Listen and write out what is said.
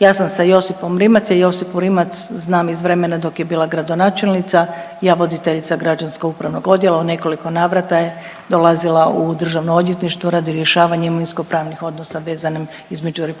Ja sam sa Josipom Rimac, ja Josipu Rimac znam iz vremena dok je bila gradonačelnica, a ja voditeljica građansko-upravnog odjela, u nekoliko navrata je dolazila u državno odvjetništvo radi rješavanja imovinskopravnih odnosa vezanim između RH